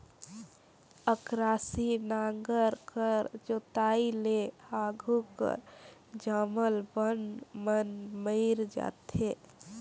अकरासी नांगर कर जोताई ले आघु कर जामल बन मन मइर जाथे